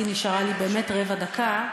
כי נשארה לי באמת רבע דקה,